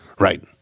Right